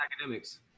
academics